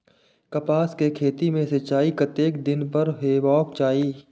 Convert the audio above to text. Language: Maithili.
कपास के खेती में सिंचाई कतेक दिन पर हेबाक चाही?